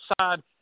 side